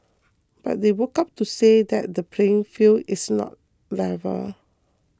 but they woke up to say that the playing field is not level